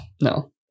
No